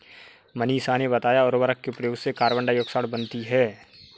मनीषा ने बताया उर्वरक के प्रयोग से कार्बन डाइऑक्साइड बनती है